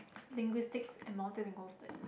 linguistics and multilingual study